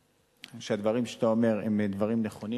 שהדברים שאתה אומר הם דברים נכונים.